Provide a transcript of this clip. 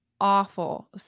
awful